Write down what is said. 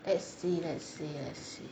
let's see let's see let's see